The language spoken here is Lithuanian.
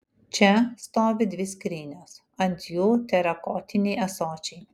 čia stovi dvi skrynios ant jų terakotiniai ąsočiai